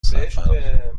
سفر